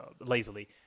lazily